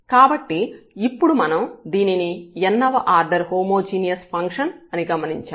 కాబట్టి ఇప్పుడు మనం దీనిని n వ ఆర్డర్ హోమోజీనియస్ ఫంక్షన్ అని గమనించాము